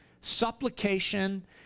supplication